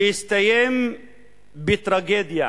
הסתיים בטרגדיה